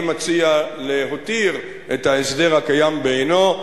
אני מציע להותיר את ההסדר הקיים בעינו,